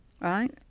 Right